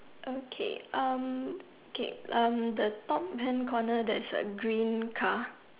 okay okay the top hand corner there's a green car